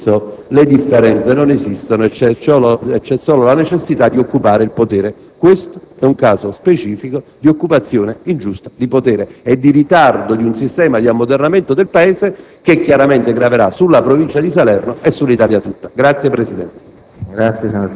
molto spesso le differenze non esistono e c'è solo la necessità di occupare il potere. Questo è un caso specifico di occupazione ingiusta di potere e di ritardo di un sistema di ammodernamento del Paese, che chiaramente graverà sulla Provincia di Salerno e sull'Italia tutta. *(Applausi del